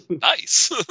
Nice